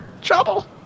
trouble